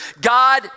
God